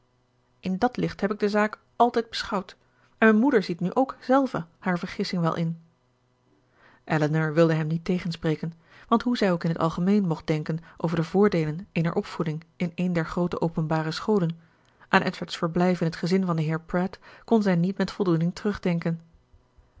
in dat licht heb ik de zaak altijd beschouwd en mijn moeder ziet nu ook zelve haar vergissing wel in elinor wilde hem niet tegenspreken want hoe zij ook in t algemeen mocht denken over de voordeelen eener opvoeding in een der groote openbare scholen aan edward's verblijf in het gezin van den heer pratt kon zij niet met voldoening terugdenken